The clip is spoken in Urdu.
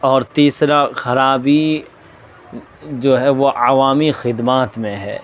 اور تیسرا خرابی جو ہے وہ عوامی خدمات میں ہے